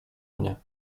mnie